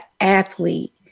athlete